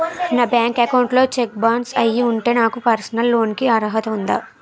నా bank account లో cheque bounce అయ్యి ఉంటే నాకు పర్సనల్ లోన్ కీ అర్హత ఉందా?